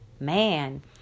Man